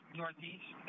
northeast